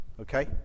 okay